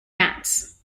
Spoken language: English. mats